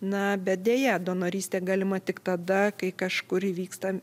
na bet deja donorystė galima tik tada kai kažkur įvyksta